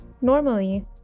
Normally